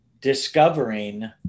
discovering